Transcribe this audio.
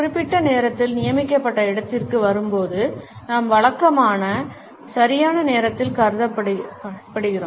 குறிப்பிட்ட நேரத்தில் நியமிக்கப்பட்ட இடத்திற்கு வரும்போது நாம் வழக்கமாக சரியான நேரத்தில் கருதப்படுகிறோம்